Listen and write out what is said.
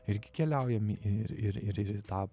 irgi keliaujam ir ir ir ir į tą